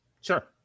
Sure